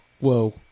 Whoa